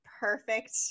perfect